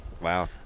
Wow